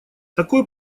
такой